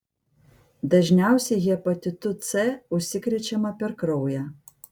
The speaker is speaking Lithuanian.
dažniausiai hepatitu c užsikrečiama per kraują